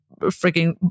freaking